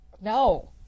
No